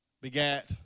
begat